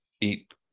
eat